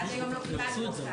ועד היום לא קיבלנו אותם.